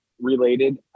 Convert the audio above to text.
related